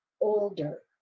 older